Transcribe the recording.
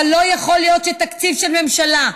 אבל לא יכול להיות שתקציב של ממשלה,